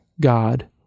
God